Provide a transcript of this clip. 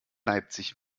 leipzig